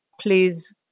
Please